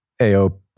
AOP